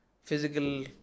Physical